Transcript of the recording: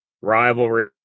rivalry